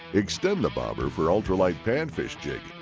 extend the bobber for ultra-light panfish jigging.